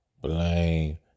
Blame